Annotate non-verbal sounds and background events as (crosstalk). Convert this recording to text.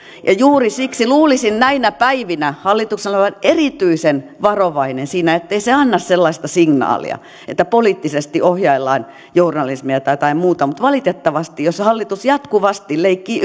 juuri siksi luulisin näinä päivinä hallituksen olevan erityisen varovainen siinä ettei se anna sellaista signaalia että poliittisesti ohjaillaan journalismia tai jotain muuta mutta valitettavasti jos hallitus jatkuvasti leikkii (unintelligible)